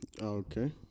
Okay